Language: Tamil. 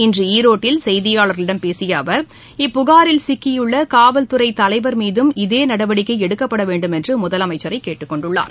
இன்று ஈரோட்டில் செய்தியாள்களிடம் பேசிய அவர் இப்புகாரில் சிக்கியுள்ள காவல்துறை தலைவர் மீதும் இதே நடவடிக்கை எடுக்கப்பட வேண்டுமென்று முதலமைச்சரை கேட்டுக் கொண்டுள்ளார்